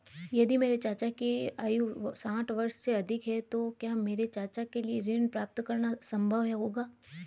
यदि मेरे चाचा की आयु साठ वर्ष से अधिक है तो क्या मेरे चाचा के लिए ऋण प्राप्त करना संभव होगा?